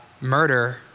murder